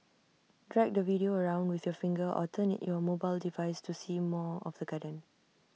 drag the video around with your finger or turn your mobile device to see more of the garden